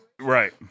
Right